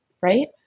Right